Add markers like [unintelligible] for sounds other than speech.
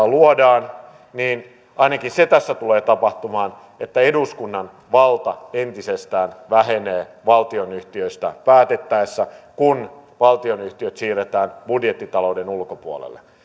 [unintelligible] luodaan ainakin se tulee tapahtumaan että eduskunnan valta entisestään vähenee valtionyhtiöistä päätettäessä kun valtionyhtiöt siirretään budjettita louden ulkopuolelle